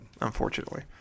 Unfortunately